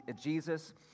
Jesus